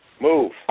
Move